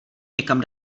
někam